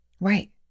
Right